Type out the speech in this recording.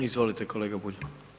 Izvolite kolega Bulj.